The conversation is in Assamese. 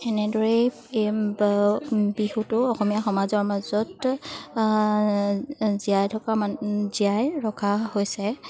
এনেদৰেই এই বিহুটো অসমীয়া সমাজৰ মাজত জীয়াই থকা মান জীয়াই ৰখা হৈছে